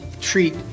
treat